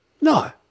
No